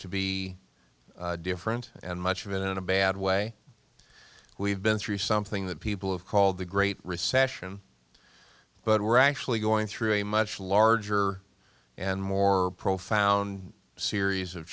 to be different and much of it in a bad way we've been through something that people have called the great recession but we're actually going through a much larger and more profound series of